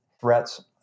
threats